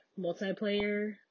multiplayer